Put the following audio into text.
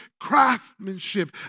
craftsmanship